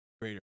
greater